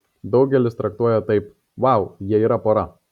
daugelis traktuoja taip vau jie yra pora